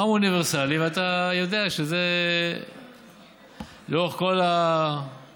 מע"מ הוא אוניברסלי, ואתה יודע שזה לאורך כל הדרך.